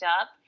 up